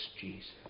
Jesus